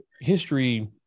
history